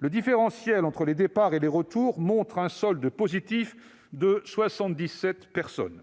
La différence entre les départs et les retours montre un solde positif de 77 personnes.